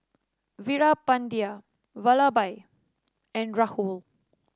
Veerapandiya Vallabhbhai and Rahul